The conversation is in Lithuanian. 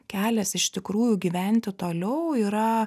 kelias iš tikrųjų gyventi toliau yra